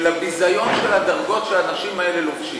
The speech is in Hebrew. של הביזיון של הדרגות שהאנשים האלה לובשים.